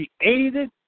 created